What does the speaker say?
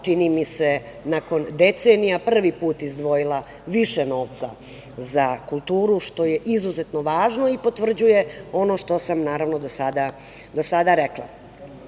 čini mi se, nakon decenija prvi put izdvojila više novca za kulturu, što je izuzetno važno i potvrđuje ono što sam do sada